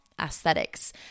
aesthetics